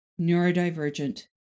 neurodivergent